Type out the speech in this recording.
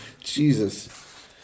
Jesus